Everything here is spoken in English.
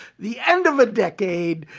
the end of a decade,